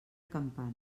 campana